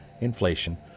inflation